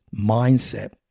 mindset